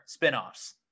spinoffs